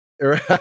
right